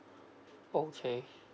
okay